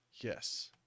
Yes